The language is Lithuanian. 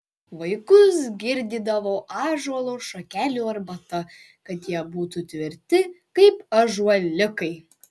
vaikus girdydavo ąžuolo šakelių arbata kad jie būtų tvirti kaip ąžuoliukai